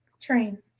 train